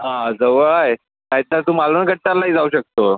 हां जवळ आहे नाही तर तू मालवण कट्टालाही जाऊ शकतो